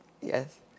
Yes